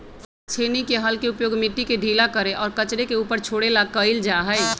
छेनी के हल के उपयोग मिट्टी के ढीला करे और कचरे के ऊपर छोड़े ला कइल जा हई